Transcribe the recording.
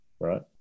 right